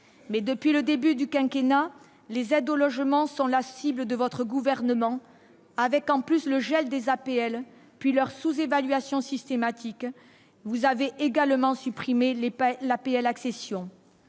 mais depuis le début du quinquennat les aides au logement sont la cible de votre gouvernement, avec en plus le gel des APL, puis leur sous-évaluation systématique, vous avez également supprimé les pas l'APL accession